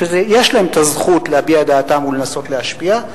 יש להם זכות להביע את דעתם ולנסות להשפיע,